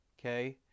okay